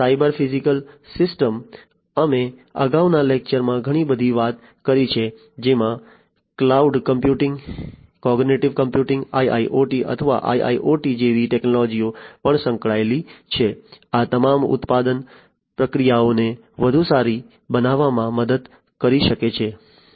cyber physical systems અમે અગાઉના લેક્ચરમાં ઘણી બધી વાત કરી છે જેમાં cloud computing cognitive computing IoT અથવા IIoT જેવી ટેક્નોલોજીઓ પણ સંકળાયેલી છે આ તમામ ઊત્પાદન પ્રક્રિયાઓને વધુ સારી બનાવવામાં મદદ કરી શકે છે